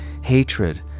hatred